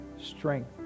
strength